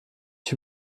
ich